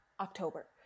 October